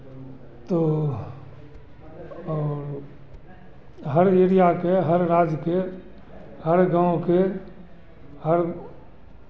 तो और हर एरिया के हर राज्य के हर गाँव के हर